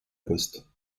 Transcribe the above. poste